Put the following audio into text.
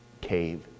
cave